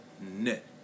net